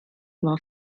war